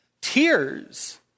tears